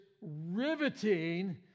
riveting